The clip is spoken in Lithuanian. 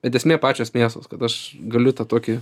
bet esmė pačios mėsos kad aš galiu tą tokį